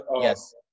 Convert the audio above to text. yes